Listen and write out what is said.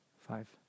five